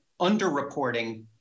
underreporting